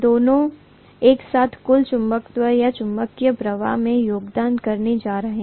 दोनों एक साथ कुल चुंबकत्व या चुंबकीय प्रवाह में योगदान करने जा रहे हैं